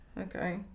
okay